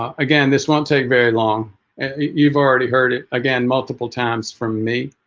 ah again this won't take very long and you've already heard it again multiple times from me